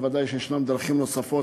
בוודאי יש דרכים נוספות,